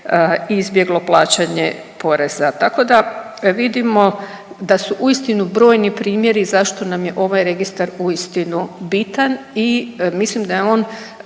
izbjeglo plaćanje poreza. Tako da vidimo da su uistinu brojni primjeri zašto nam je ovaj registar uistinu bitan i mislim da je on